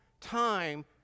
time